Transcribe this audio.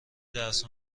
درس